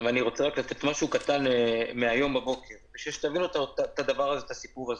אני רוצה לתת משהו קטן מהיום בבוקר כדי שתבינו את הסיפור הזה.